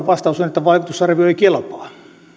vastaus on että vaikutusarvio ei kelpaa